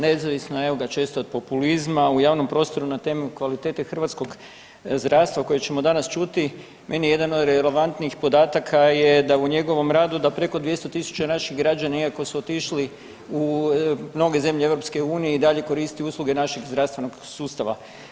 Nezavisno, evo ga, često od populizma, u javnom prostoru na temu kvalitete hrvatskog zdravstva koje ćemo danas čuti, meni je jedan od relevatnijih podataka je da u njegovom radu da preko 200 tisuća naših građana, iako su otišli u mnoge zemlje EU i dalje koristi usluge našeg zdravstvenog sustava.